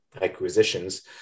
acquisitions